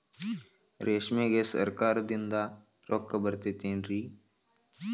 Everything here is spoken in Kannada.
ರೇಷ್ಮೆಗೆ ಸರಕಾರದಿಂದ ರೊಕ್ಕ ಬರತೈತೇನ್ರಿ?